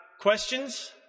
questions